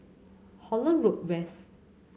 Holland Road West